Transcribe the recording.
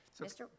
Mr